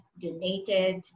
donated